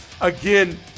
Again